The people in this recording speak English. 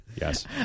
Yes